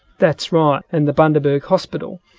that's right, and the bundaberg hospital.